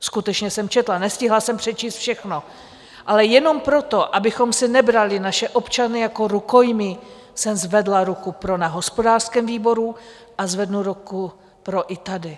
Skutečně jsem četla, nestihla jsem přečíst všechno, ale jenom proto, abychom si nebrali naše občany jako rukojmí, jsem zvedla ruku pro na hospodářském výboru a zvednu ruku pro i tady.